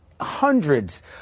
hundreds